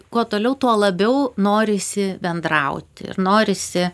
kuo toliau tuo labiau norisi bendrauti norisi